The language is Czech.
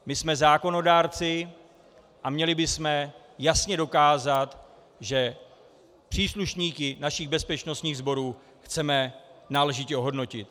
My jsme zákonodárci a měli bychom jasně dokázat, že příslušníky našich bezpečnostních sborů chceme náležitě ohodnotit.